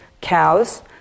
cows